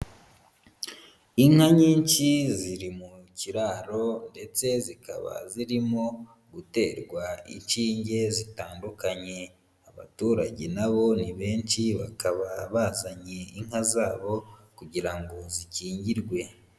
Inka nyinshi ziri mu kiraro ndetse zikaba zirimo guterwa inshinge zitandukanye, abaturage na bo ni benshi bakaba bazanye inka zabo kugira ngo zikingirwe.